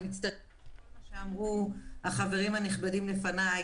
אני מצטרפת לדברים שאמרו החברים הנכבדים לפניי,